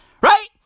Right